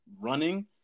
running